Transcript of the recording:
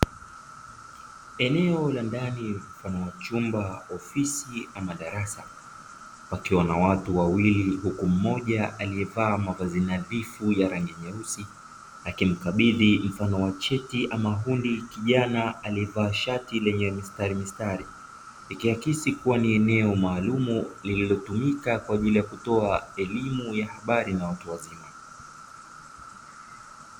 Eneo la ndani mfano wa chumba, ofisi ama darasa, pakiwa na watu wawili huku mmoja aliyevaa mavazi nadhifu ya rangi nyeusi; akimkabidhi mfano wa cheti ama hundi kijana aliyevaa shati lenye mistarimistari; ikiakisi kuwa ni eneo maalumu lililotumika kwa ajili ya kutoa elimu ya habari na watu wazima.